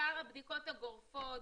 בעיקר הבדיקות הגורפות,